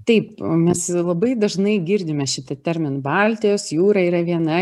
taip mes labai dažnai girdime šitą terminą baltijos jūra yra viena